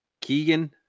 Keegan